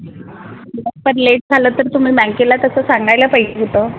पण लेट झालं तर तुम्ही बँकेला तसं सांगायला पाहिजे होतं